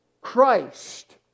Christ